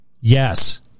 Yes